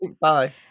Bye